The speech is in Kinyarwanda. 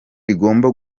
igomba